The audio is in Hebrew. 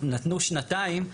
נתנו שנתיים,